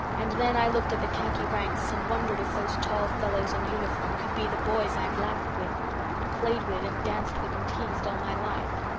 and then i looked at the khaki ranks and wondered if those tall fellows in uniform could be the boys i've laughed with and played with and danced with and teased all my life.